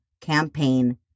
campaign